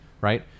right